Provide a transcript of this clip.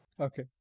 Okay